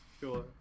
sure